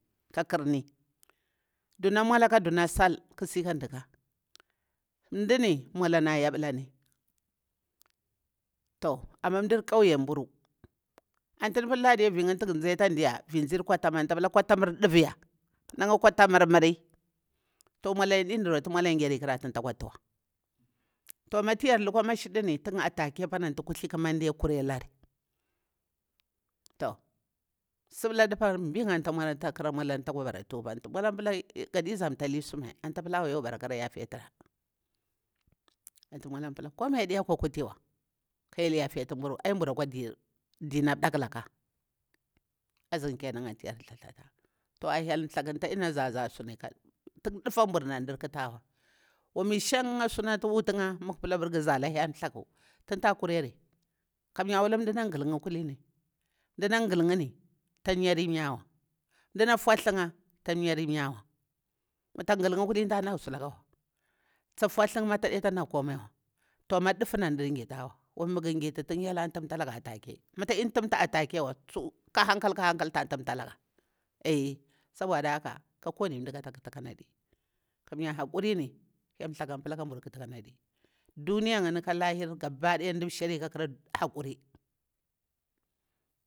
Kakarni duna maula ka duna sal ƙasi da ɗaka mdani walani a yaɗulani to amma mdar kauye mburu mda pula cewwa viyini tu gah zi atani virzir kwatam kwatam ɗuvuya na'nya kwatamur mri to maulani adidir wa tunta 'yari ƙarari ta kwa tuwa amma tu yar lukwa mashiduni antu atake ƙamande kuthli kure lari ɓing yim antu tsa mauri ata ƙara maulari tsakwa bera tuba gari zamtah suwa antu tsa pila awan kara yafetura mautura komai ade kwa katina ka hyel yafetu mburu ai mbura kwa dir hyel dina daklaka azin kenan antu yara thuthafa a hyel thaku tadena zaza su hea tun ɗafamburu an dir katawa wami shansu antu ga zala hyel thaku tunta kariyari kanya wala nda na gal 'nya kulini mda ghalini ta myri mywa mda fultha'nya ta myri myhea muta ghal'nya ta naga, sulakawa ta fulta nya ta de ta nalaga sulakawa amma dufuni an dir ghitawa mah gah ghita tun hyel a tumta laga atake mu tadi tum talaga atake wa ka hankal ka hankal ta tumtalaga soda haka ka kowani mda hara hakuri kanya hyel thaku tsan pula kabur hara komadini kamya duniya yinni ka lahira sham mda sheri kamya hakuri